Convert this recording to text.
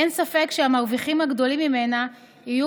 אין ספק שהמרוויחים הגדולים ממנה יהיו